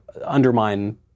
undermine